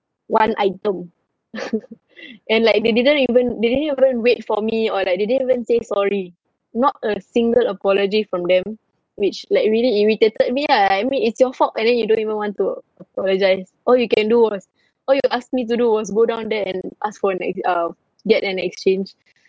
one item and like they didn't even they didn't even wait for me or like they didn't even say sorry not a single apology from them which like really irritated me ah I mean it's your fault and then you don't even want to apologize all you can do was all you asked me to do was go down there and ask for n~ uh get an exchange